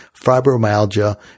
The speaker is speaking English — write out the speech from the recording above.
fibromyalgia